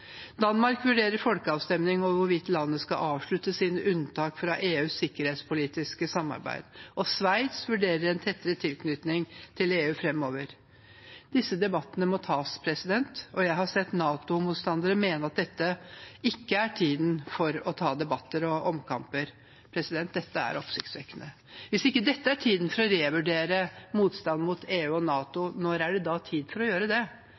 Danmark vurderer folkeavstemning om hvorvidt landet skal avslutte sine unntak fra EUs sikkerhetspolitiske samarbeid, og Sveits vurderer en tettere tilknytning til EU framover. Disse debattene må tas. Jeg har sett NATO-motstandere mene at dette ikke er tiden for å ta debatter og omkamper. Det er oppsiktsvekkende. Hvis ikke dette er tiden for å revurdere motstanden mot EU og NATO, når er det da tid for å gjøre det?